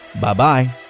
Bye-bye